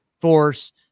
force